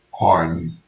on